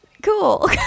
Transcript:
cool